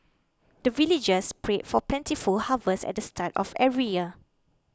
the villagers pray for plentiful harvest at the start of every year